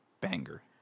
banger